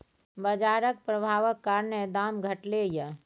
बजारक प्रभाबक कारणेँ दाम घटलै यै